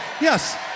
Yes